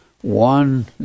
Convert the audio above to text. one